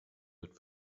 wird